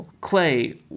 Clay